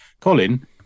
Colin